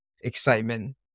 excitement